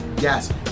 Yes